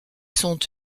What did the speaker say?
sont